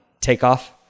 takeoff